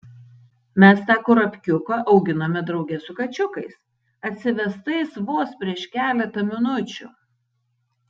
mes tą kurapkiuką auginome drauge su kačiukais atsivestais vos prieš keletą minučių